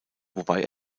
wobei